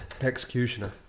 executioner